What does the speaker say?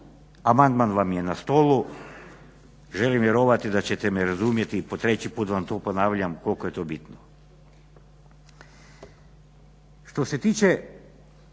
Amandman vam je na stolu. Želim vjerovati da ćete me razumjeti i po treći put vam to ponavljam koliko je to bitno. Što se tiče